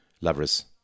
Lovers